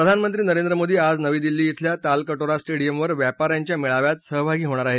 प्रधानमंत्री नरेंद्र मोदी आज नवी दिल्ली बेल्या तालकटोरा स्टेडिअमवर व्यापा यांच्या मेळाव्यात सहभागी होणार आहेत